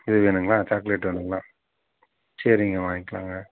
இது வேணுங்களா சாக்லேட் வேணுங்களா சரிங்க வாங்கிக்கலாங்க